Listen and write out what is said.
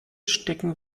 stecken